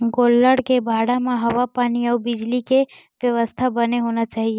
गोल्लर के बाड़ा म हवा पानी अउ बिजली के बेवस्था बने होना चाही